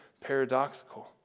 paradoxical